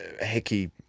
hickey